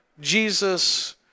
Jesus